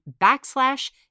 backslash